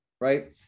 Right